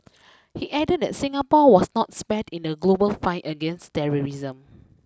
he added that Singapore was not spared in the global fight against terrorism